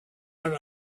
that